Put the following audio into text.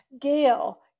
Gail